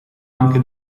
anche